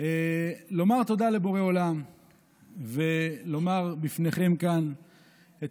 כדי לומר תודה לבורא עולם ולומר בפניכם כאן את